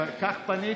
כך פניתי?